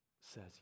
says